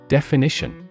Definition